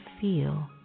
feel